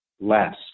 less